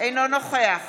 אינו נוכח